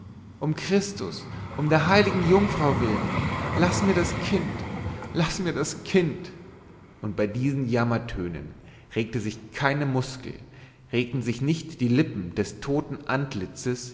um christus um der heiligen jungfrau willen laß mir das kind laß mir das kind und bei diesen jammertönen regte sich keine muskel regten sich nicht die lippen des totenantlitzes